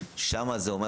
שם זה אומר,